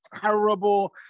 terrible